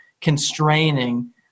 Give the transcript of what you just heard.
constraining